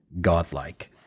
godlike